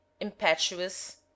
impetuous